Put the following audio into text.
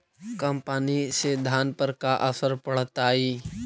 कम पनी से धान पर का असर पड़तायी?